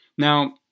Now